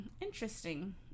Interesting